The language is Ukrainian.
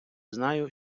знаю